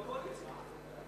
גם בקואליציה.